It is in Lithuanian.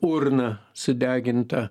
urna sudeginta